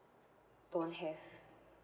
don't have